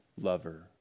lover